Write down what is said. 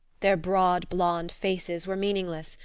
their broad blond faces were meaningless,